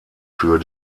für